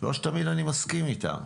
לא שתמיד אני מסכים איתם,